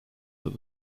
that